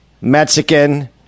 Mexican